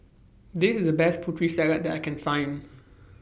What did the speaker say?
This IS The Best Putri Salad that I Can Find